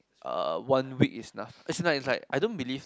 uh one week is enough as in like like I don't believe like